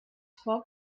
foc